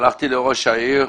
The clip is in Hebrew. הלכתי לראש העיר,